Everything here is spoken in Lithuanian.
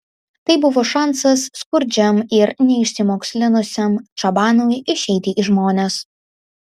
tai buvo šansas skurdžiam ir neišsimokslinusiam čabanui išeiti į žmones